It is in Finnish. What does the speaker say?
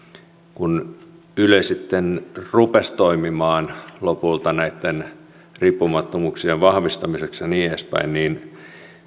kun yle sitten rupesi toimimaan lopulta näitten riippumattomuuksien vahvistamiseksi ja niin edespäin niin